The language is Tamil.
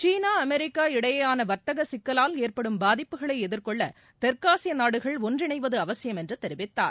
சீளா அமெரிக்கா இடையேயான வர்த்தக சிக்கவால் ஏற்படும் பாதிப்புகளை எதிர்கொள்ள தெற்காசிய நாடுகள் ஒன்றிணைவது அவசியம் என்று தெரிவித்தார்